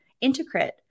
integrate